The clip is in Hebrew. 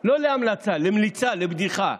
למליצה, לא להמלצה, למליצה, לבדיחה.